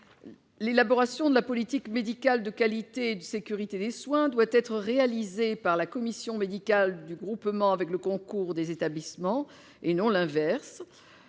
à la CME. La politique médicale de qualité et de sécurité des soins doit être élaborée par la commission médicale du groupement avec le concours des établissements. Les